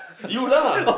you lah